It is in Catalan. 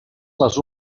les